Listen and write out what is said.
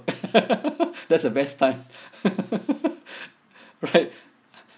that's the best time right